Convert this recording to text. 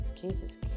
Jesus